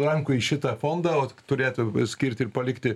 rankų į šitą fondą o t turėtų skirt ir palikti